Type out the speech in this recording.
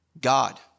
God